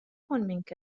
منك